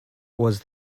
was